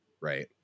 right